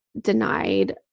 denied